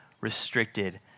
restricted